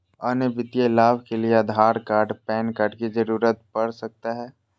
अन्य वित्तीय लाभ के लिए आधार कार्ड पैन कार्ड की जरूरत पड़ सकता है?